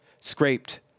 scraped